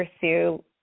pursue